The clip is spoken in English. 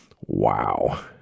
Wow